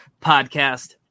Podcast